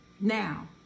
now